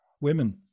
Women